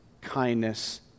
kindness